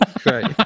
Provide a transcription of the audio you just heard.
great